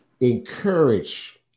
encourage